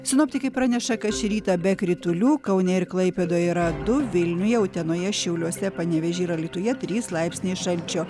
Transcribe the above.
sinoptikai praneša kad šį rytą be kritulių kaune ir klaipėdoje yra du vilniuje utenoje šiauliuose panevėžy ir alytuje trys laipsniai šalčio